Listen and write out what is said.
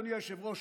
אדוני היושב-ראש,